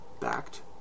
backed